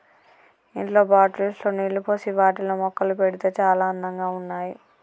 ఇంట్లో బాటిల్స్ లో నీళ్లు పోసి వాటిలో మొక్కలు పెడితే చాల అందంగా ఉన్నాయి